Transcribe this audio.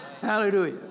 Hallelujah